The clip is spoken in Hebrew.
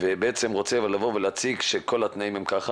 ובעצם רוצה לבוא ולהציג שכל התנאים הם כך.